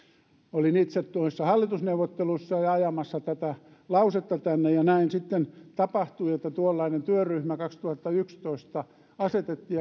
olin itse noissa hallitusneuvotteluissa ja ajamassa tätä lausetta tänne ja näin sitten tapahtui että tuollainen työryhmä kaksituhattayksitoista asetettiin